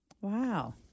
Wow